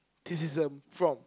~tism from